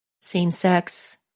same-sex